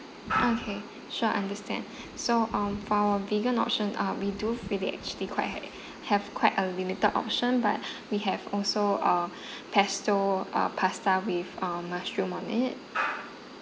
okay sure understand so um for our vegan option uh we do really actually quite had have quite a limited option but we have also a pesto uh pasta with uh mushroom on it